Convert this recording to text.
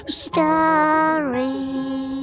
story